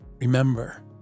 Remember